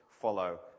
follow